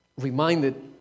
reminded